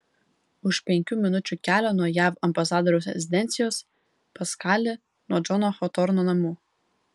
už penkių minučių kelio nuo jav ambasadoriaus rezidencijos paskali nuo džono hotorno namų